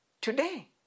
today